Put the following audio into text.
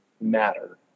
matter